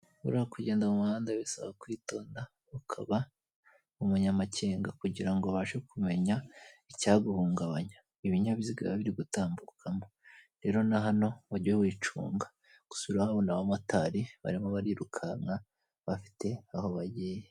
Buriya kugenda mumuhanda bisaba kwitonda ukaba umunyamakenga kugirango ubashe kumenya icyaguhungabanya ibinyabiziga biba biri gutambukamo rero nahano ujye wicunga gusa urahabona abamotari barimo barirukanka bafite aho bagiye.